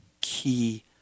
key